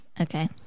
Okay